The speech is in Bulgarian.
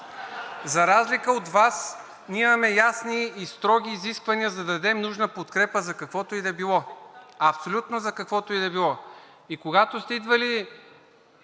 За разлика от Вас ние имаме ясни и строги изисквания, за да дадем нужна подкрепа за каквото и да било – абсолютно за каквото и да било! Когато сте идвали